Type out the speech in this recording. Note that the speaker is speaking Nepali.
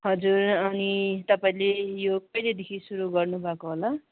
हजुर अनि तपाईँले यो कहिलेदेखि सुरु गर्नु भएको होला